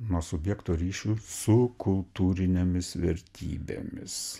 nuo subjekto ryšių su kultūrinėmis vertybėmis